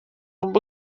mbuga